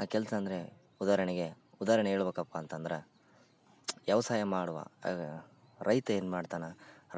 ಆ ಕೆಲಸ ಅಂದರೆ ಉದಾರಣೆಗೆ ಉದಾರಣೆ ಹೇಳ್ಬೇಕಪ್ಪ ಅಂತಂದ್ರೆ ವ್ಯವ್ಸಾಯ ಮಾಡುವ ರೈತ ಏನು ಮಾಡ್ತಾನೆ